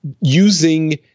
using